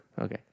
Okay